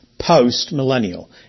Post-millennial